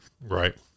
Right